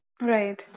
Right